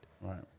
Right